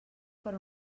per